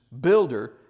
builder